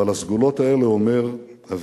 ועל הסגולות האלה אומר אבי